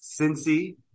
Cincy